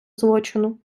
злочину